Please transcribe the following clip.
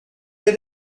get